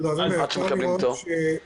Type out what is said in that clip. בממוצע עד שמקבלים תור?